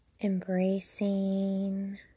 Embracing